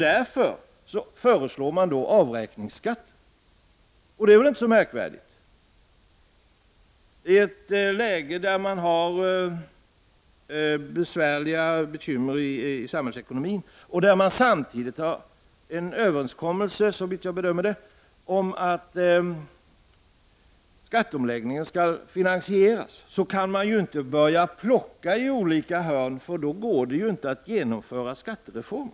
Därför föreslår man avräkningsskatten. Det är väl inte så märkvärdigt. I ett läge med stora bekymmer i samhällsekonomin och då man samtidigt, såvitt jag bedömer det, har ingått en överenskommelse om att skatteomläggningen skall finansieras, kan man ju inte börja plocka i olika hörn. Då går det ju inte att genomföra skattereformen.